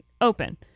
open